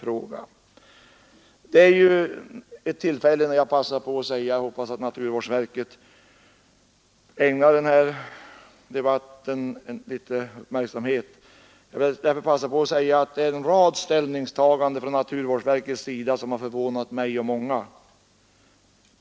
Jag vill passa på detta tillfälle att säga att naturvårdsverket ägnar denna debatt litet uppmärksamhet. En rad ställningstaganden från naturvårdsverkets sida har förvånat mig och många andra.